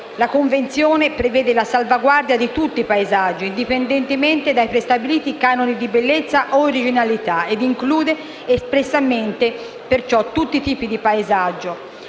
ad applicare. Prevede la salvaguardia di tutti i paesaggi, indipendentemente da prestabiliti canoni di bellezza o originalità e include espressamente tutti i tipi di paesaggio.